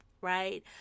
right